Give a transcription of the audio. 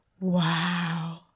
wow